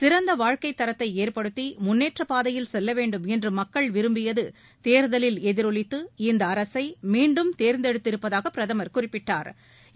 சிறந்த வாழ்க்கைத் தரத்தை ஏற்படுத்தி முன்னேற்றப் பாதையில் செல்ல வேண்டும் என்ற மக்கள் விரும்பியது தேர்தலில் எதிரொவித்து இந்த அரசை மீண்டும் தேர்ந்தெடுத்திருப்பதாக பிரதமர் குறிப்பிட்டாள்